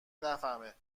نفهمه